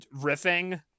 riffing